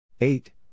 Eight